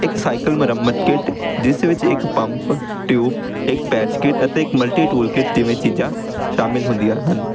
ਇੱਕ ਸਾਈਕਲ ਮੁਰੰਮਤ ਕਿੱਟ ਜਿਸ ਵਿੱਚ ਇੱਕ ਪੰਪ ਟਿਊਬ ਇੱਕ ਪੈਚ ਕਿਟ ਅਤੇ ਇੱਕ ਮਲਟੀ ਟੂਲ ਕਿਟ ਜਿਵੇਂ ਚੀਜ਼ਾਂ ਸ਼ਾਮਿਲ ਹੁੰਦੀਆਂ ਹਨ